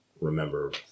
remember